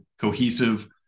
cohesive